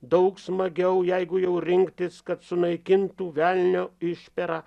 daug smagiau jeigu jau rinktis kad sunaikintų velnio išpera